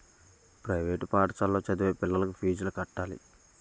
private పాఠశాలలో చదివే పిల్లలకు ఫీజులు కట్టాలి